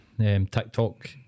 TikTok